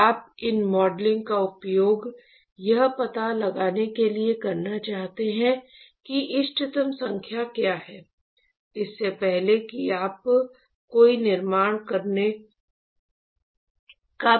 तो आप इन मॉडलिंग का उपयोग यह पता लगाने के लिए करना चाहते हैं कि इष्टतम संख्या क्या है इससे पहले कि आप कोई निर्माण करने का प्रयास करें